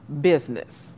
business